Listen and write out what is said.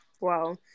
Wow